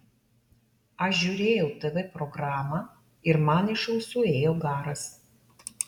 aš žiūrėjau tv programą ir man iš ausų ėjo garas